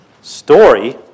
story